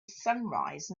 sunrise